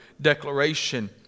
declaration